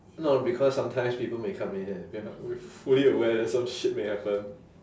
no because sometimes people may come in and we're not we're fully aware that some shit may happen